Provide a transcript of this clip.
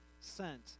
sent